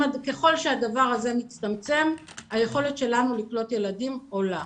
ככל שהדבר הזה מצטמצם היכולת שלנו לקלוט ילדים עולה.